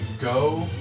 go